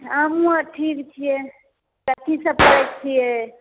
हमहूँ आओर ठीक छियै कथीसभ करै छियै